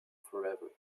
forever